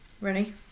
Ready